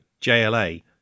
JLA